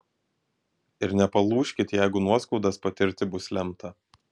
ir nepalūžkit jeigu nuoskaudas patirti bus lemta